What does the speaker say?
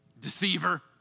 deceiver